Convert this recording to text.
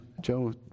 Joe